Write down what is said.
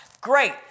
Great